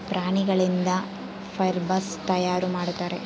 ಪ್ರಾಣಿಗಳಿಂದ ಫೈಬರ್ಸ್ ತಯಾರು ಮಾಡುತ್ತಾರೆ